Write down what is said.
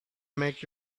make